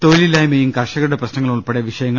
തൊഴിലില്ലായ്മയും കർഷകരുടെ പ്രശ്നങ്ങളും ഉൾപ്പെടെ വിഷയങ്ങൾ